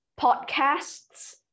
podcasts